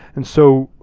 and so,